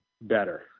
better